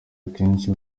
akenshi